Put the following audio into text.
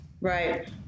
right